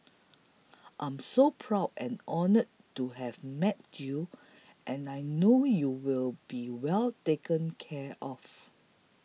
I'm so proud and honoured to have met you and I know you'll be well taken care of